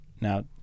Now